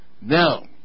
Now